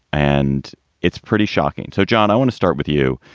and it's pretty shocking. so, john, i want to start with you.